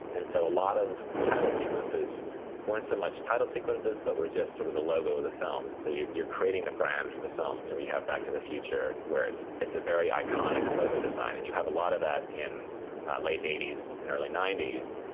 and so a lot of title sequences weren't so much title sequences, but were just sort of the logo of the film. and so you're creating the brand for the films, so you have back to the future, where it's it's a very iconic logo design and you have a lot of that in late eighty s and early ninety s.